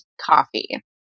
coffee